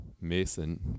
Mason